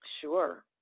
sure